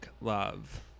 Love